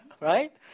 right